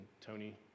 Tony